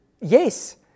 yes